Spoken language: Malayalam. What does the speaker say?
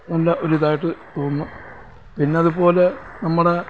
നല്ല ഒരു ഇതായിട്ട് തോന്നുന്നു പിന്നെ അതുപോലെ നമ്മുടെ